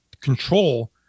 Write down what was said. control